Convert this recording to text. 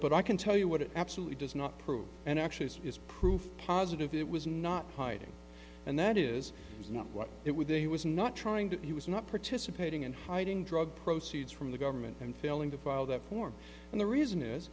but i can tell you what it absolutely does not prove and actually is proof positive it was not hiding and that is is not what it would be he was not trying to he was not participating in hiding drug proceeds from the government and failing to file the form and the reason is